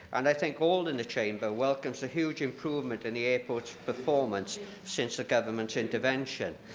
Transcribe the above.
and i think all in the chamber welcome the huge improvement in the airportis performance since the governmentis intervention.